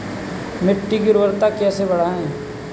मिट्टी की उर्वरता कैसे बढ़ाएँ?